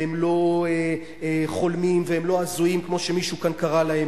והם לא חולמים והם לא הזויים כמו שמישהו כאן קרא להם.